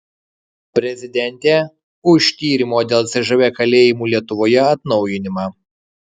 prezidentė už tyrimo dėl cžv kalėjimų lietuvoje atnaujinimą